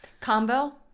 Combo